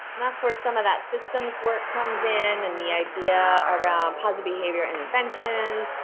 that's where some of that systems work comes in, and the idea around positive behavior intervention.